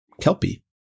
kelpie